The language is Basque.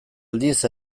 aldiz